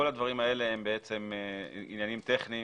כל הדברים האלה הם עניינים טכניים,